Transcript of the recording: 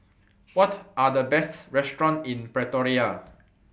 What Are The Best restaurants in Pretoria